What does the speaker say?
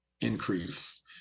increase